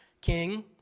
king